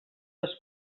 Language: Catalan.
les